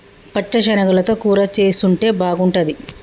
పచ్చ శనగలతో కూర చేసుంటే బాగుంటది